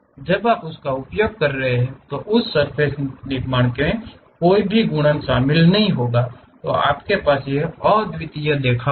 जब आप उस का उपयोग कर रहे हैं तो उस सर्फ़ेस के निर्माण में कोई भी गुणन शामिल नहीं होगा आपके पास वह अद्वितीय देखाव होगा